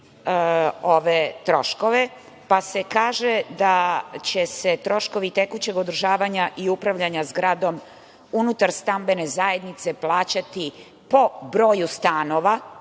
ove troškove, pa se kaže da će se troškovi tekućeg održavanja i upravljanja zgradom, unutar stambene zajednice, plaćati po broju stanova,